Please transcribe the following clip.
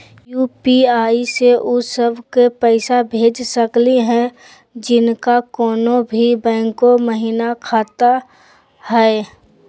UPI स उ सब क पैसा भेज सकली हई जिनका कोनो भी बैंको महिना खाता हई?